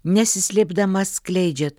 nesislėpdama skleidžiat